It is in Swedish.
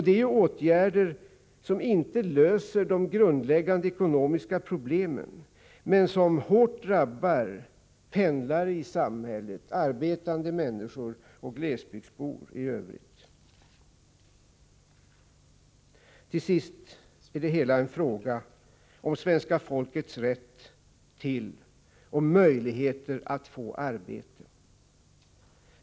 Det är åtgärder som inte löser de grundläggande ekonomiska problemen men som hårt drabbar pendlare i samhället, arbetande människor och glesbygdsbor i övrigt. Till sist är det hela en fråga om svenska folkets rätt till och möjligheter att få arbete.